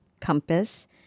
compass